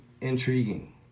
intriguing